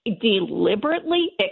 deliberately